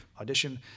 audition